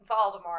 Voldemort